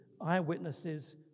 eyewitnesses